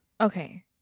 okay